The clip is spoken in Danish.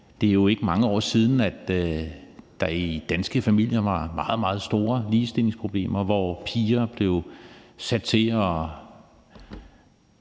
Det er jo ikke mange år siden, at der er i danske familier var meget, meget store ligestillingsproblemer, hvor pigerne fik en